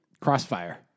Crossfire